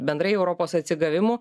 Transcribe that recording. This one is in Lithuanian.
bendrai europos atsigavimu